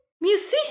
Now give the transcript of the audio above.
Musician